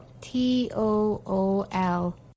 t-o-o-l